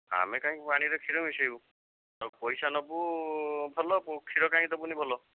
ଆମେ କାହିଁକି ପାଣିରେ କ୍ଷୀର ମିଶେଇବୁ ତ ପଇସା ନେବୁ ଭଲ କ୍ଷୀର କାଇଁ ଦେବୁନି ଭଲ